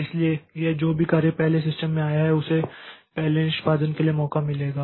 इसलिए यह जो भी कार्य पहले सिस्टम में आया है उसे पहले निष्पादन के लिए मौका मिलेगा